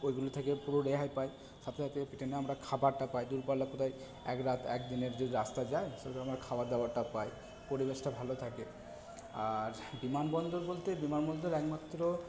ওইগুলো থেকে পুরো রেহাই পাই সাথে সাথে ট্রেনে আমরা খাবারটা পাই দূরপাল্লার কোথায় এক রাত এক দিনের যে রাস্তা যায় সেরকমের খাবার দাওয়ারটা পাই পরিবেশটা ভালো থাকে আর বিমানবন্দর বলতে বিমানবন্দর একমাত্র